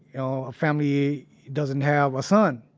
you know a family doesn't have a son,